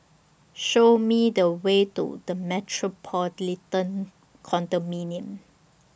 Show Me The Way to The Metropolitan Condominium